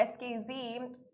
SKZ